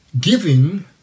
giving